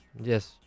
yes